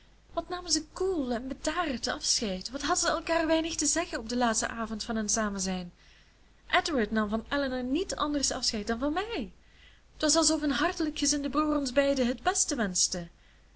wat namen ze koel en bedaard afscheid wat hadden ze elkaar weinig te zeggen op den laatsten avond van hun samenzijn edward nam van elinor niet anders afscheid dan van mij t was alsof een hartelijk gezinde broer ons beiden het beste wenschte